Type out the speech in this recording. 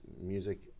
music